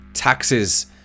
Taxes